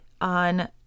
on